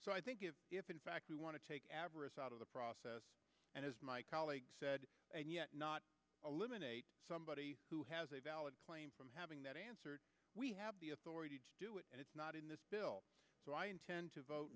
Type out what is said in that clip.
so i think if in fact we want to take avarice out of the process and as my colleague said and yet not eliminate somebody who has a valid claim from having that we have the authority to do it and it's not in this bill so i intend to vote